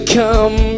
come